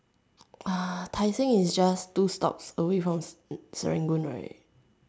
!wah! Tai Seng is just two stops away from Serangoon right